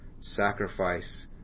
sacrifice